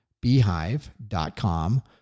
Beehive.com